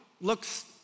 looks